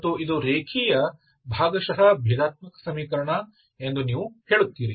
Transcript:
ಮತ್ತು ಇದು ರೇಖೀಯ ಭಾಗಶಃ ಭೇದಾತ್ಮಕ ಸಮೀಕರಣ ಎಂದು ನೀವು ಹೇಳುತ್ತೀರಿ